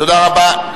תודה רבה.